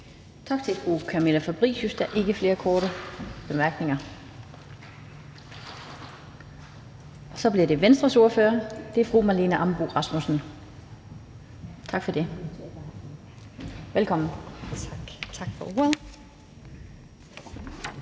Tak til fru Camilla Fabricius. Der er ikke flere korte bemærkninger. Så bliver det Venstres ordfører, og det er fru Marlene Ambo-Rasmussen. Velkommen. Kl.